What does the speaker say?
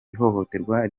ihohoterwa